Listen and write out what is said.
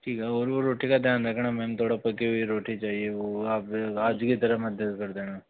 ठीक है और वो रोटी का ध्यान रखना मैम थोड़ा सा पकी हुई रोटी चाहिए वो आप आज की तरह मत कर देना